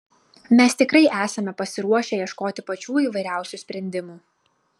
mes tikrai esame pasiruošę ieškoti pačių įvairiausių sprendimų